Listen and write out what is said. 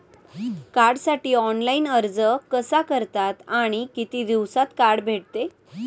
कार्डसाठी ऑनलाइन अर्ज कसा करतात आणि किती दिवसांत कार्ड भेटते?